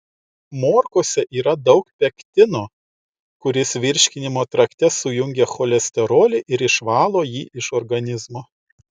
morkose yra daug pektino kuris virškinimo trakte sujungia cholesterolį ir išvalo jį iš organizmo